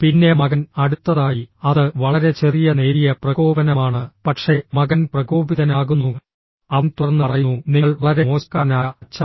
പിന്നെ മകൻ അടുത്തതായി അത് വളരെ ചെറിയ നേരിയ പ്രകോപനമാണ് പക്ഷേ മകൻ പ്രകോപിതനാകുന്നു അവൻ തുടർന്ന് പറയുന്നു നിങ്ങൾ വളരെ മോശക്കാരനായ അച്ഛനാണ്